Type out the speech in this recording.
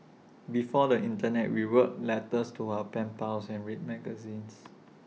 before the Internet we wrote letters to our pen pals and read magazines